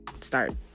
Start